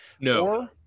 No